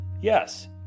Yes